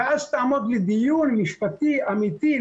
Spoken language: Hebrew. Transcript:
ואז תעמוד לדיון משפטי אמיתי,